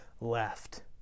left